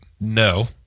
no